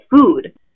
food